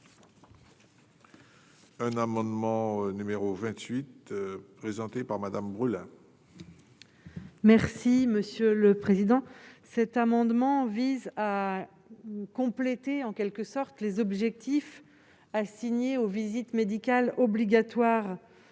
Un amendement numéro 28 présenté par Madame brûle. Merci monsieur le président, cet amendement vise à compléter en quelque sorte les objectifs assignés aux visites médicales obligatoires